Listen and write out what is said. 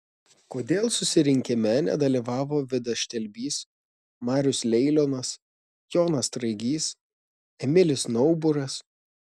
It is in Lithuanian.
kodėl susirinkime nedalyvavo vidas štelbys marius leilionas jonas straigys emilis nauburas